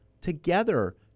together